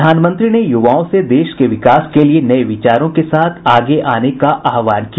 प्रधानमंत्री ने युवाओं से देश के विकास के लिये नये विचारों के साथ आगे आने का आह्वान किया